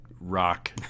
rock